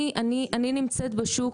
אני נמצאת בשוק,